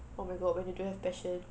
oh my god when you don't have passion